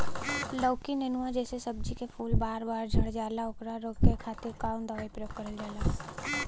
लौकी नेनुआ जैसे सब्जी के फूल बार बार झड़जाला ओकरा रोके खातीर कवन दवाई के प्रयोग करल जा?